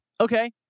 Okay